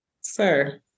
Sir